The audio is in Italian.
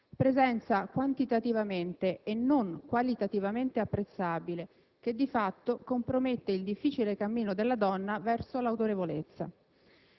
presenza quantitativamente, e non qualitativamente, apprezzabile, che di fatto compromette il difficile cammino della donna verso l'autorevolezza.